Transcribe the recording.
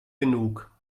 genug